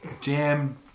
Jam